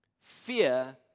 Fear